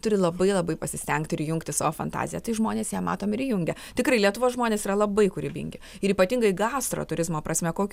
turi labai labai pasistengt ir įjungti savo fantaziją tai žmonės ją matom ir įjungia tikrai lietuvos žmonės yra labai kūrybingi ir ypatingai gastro turizmo prasme